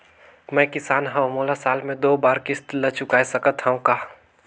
मैं किसान हव मोला साल मे दो बार किस्त ल चुकाय सकत हव का?